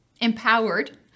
empowered